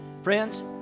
Friends